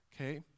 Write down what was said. Okay